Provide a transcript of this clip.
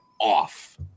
off